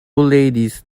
ladies